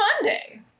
Monday